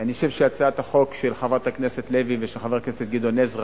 אני חושב שהצעת החוק של חברת הכנסת לוי ושל חבר הכנסת עזרא